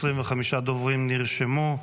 25 דוברים נרשמו.